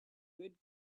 good